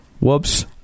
Whoops